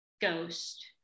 ghost